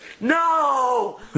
no